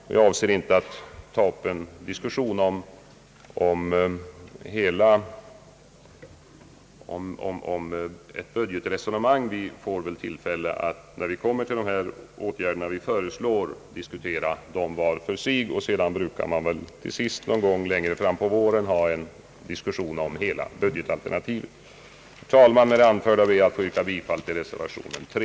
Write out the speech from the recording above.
Jag avser inte att nu ta upp ett budgetresonemang — vi får väl så småningom tillfälle att diskutera våra förslag vart och ett för sig; och sedan brukar man ju längre fram på våren ha en diskussion om hela budgetalternativet. Herr talman! Med det anförda ber jag att få yrka bifall till reservation 3.